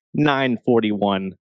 941